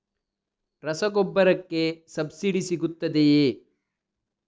ರಸಗೊಬ್ಬರಕ್ಕೆ ಸಬ್ಸಿಡಿ ಸಿಗುತ್ತದೆಯೇ?